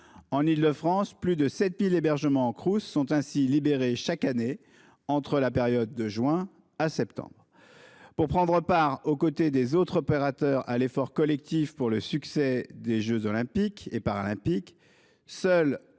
En Île-de-France, plus de 7 000 hébergements Crous sont ainsi libérés chaque année entre les mois de juin et de septembre. Pour prendre part aux côtés des autres opérateurs à l'effort collectif pour le succès des jeux Olympiques et Paralympiques, le